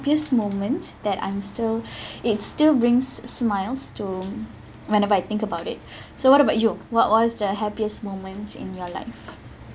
happiest moment that I'm still it still brings smiles to whenever I think about it so what about you what was the happiest moment in your life